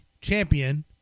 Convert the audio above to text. champion